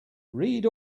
read